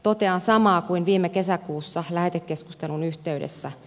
totean samaa kuin viime kesäkuussa lähetekeskustelun yhteydessä